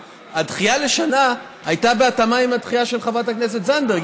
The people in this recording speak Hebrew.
כי הדחייה לשנה הייתה בהתאמה עם הדחייה של חברת הכנסת זנדברג.